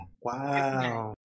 Wow